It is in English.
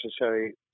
necessary